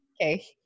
okay